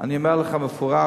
אני אומר לך במפורש,